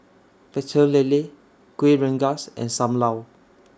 Pecel Lele Kueh Rengas and SAM Lau